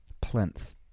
plinth